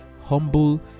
humble